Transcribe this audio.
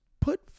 put